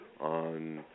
on